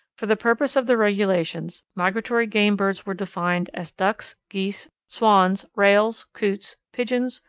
for the purpose of the regulations, migratory game birds were defined as ducks, geese, swans, rails, coots, pigeons,